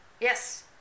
Yes